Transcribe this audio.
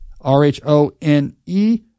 R-H-O-N-E